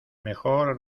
mejor